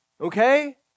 Okay